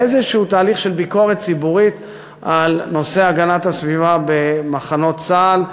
ואיזשהו תהליך של ביקורת ציבורית על נושא הגנת הסביבה במחנות צה"ל,